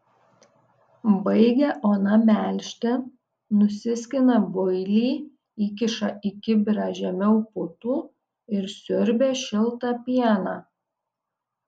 baigia ona melžti nusiskina builį įkiša į kibirą žemiau putų ir siurbia šiltą pieną